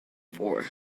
for